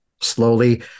slowly